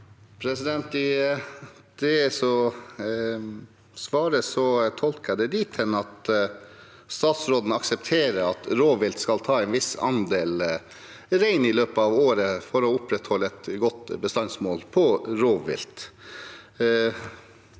det svaret dit hen at statsråden aksepterer at rovvilt skal ta en viss andel rein i løpet av året for å opprettholde et godt bestandsmål for rovvilt.